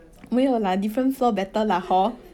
没有 lah different floor better lah hor